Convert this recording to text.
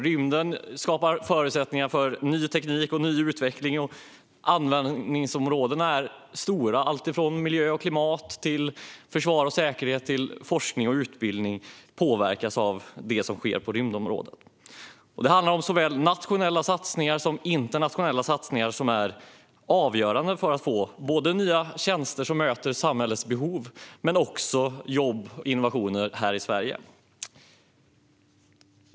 Rymden skapar förutsättningar för ny teknik och utveckling, och användningsområdena är många - allt från miljö och klimat till försvar och säkerhet till forskning och utbildning påverkas av det som sker på rymdområdet. Det handlar om såväl nationella satsningar som internationella satsningar, som är avgörande för att skapa nya tjänster som möter samhällets behov men också jobb och innovationer här i Sverige.